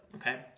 okay